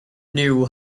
knew